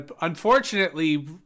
unfortunately